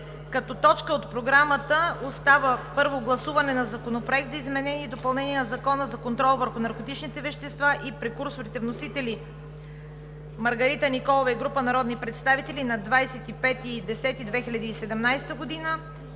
Като точка от програмата остава Първо гласуване на Законопроекта за изменение и допълнение на Закона за контрол върху наркотичните вещества и прекурсорите. Вносители: Маргарита Николова и група народни представители на 25 октомври